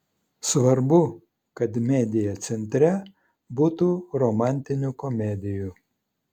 svarbu kad media centre būtų romantinių komedijų